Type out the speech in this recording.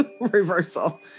reversal